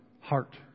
heart